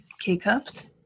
K-Cups